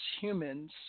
humans